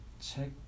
check